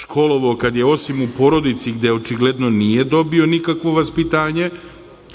školovao, kada je osim u porodici, gde očigledno nije dobio nikakvo vaspitanje,